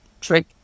trick